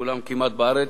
כמעט כולן בארץ,